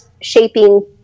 shaping